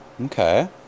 Okay